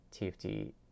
TFT